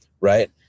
right